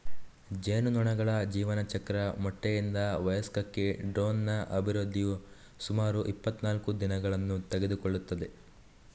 ಜೇನುನೊಣಗಳ ಜೀವನಚಕ್ರ ಮೊಟ್ಟೆಯಿಂದ ವಯಸ್ಕಕ್ಕೆ ಡ್ರೋನ್ನ ಅಭಿವೃದ್ಧಿಯು ಸುಮಾರು ಇಪ್ಪತ್ತನಾಲ್ಕು ದಿನಗಳನ್ನು ತೆಗೆದುಕೊಳ್ಳುತ್ತದೆ